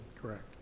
Correct